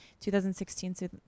2016